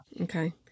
Okay